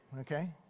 okay